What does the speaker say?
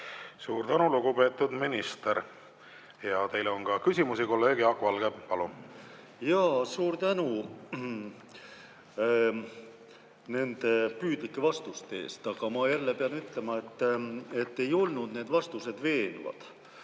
Suur tänu, lugupeetud minister! Teile on ka küsimusi. Kolleeg Jaak Valge, palun! Suur tänu nende püüdlike vastuste eest! Aga ma jälle pean ütlema, et ei olnud need vastused veenvad.